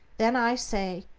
then, i say,